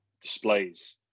displays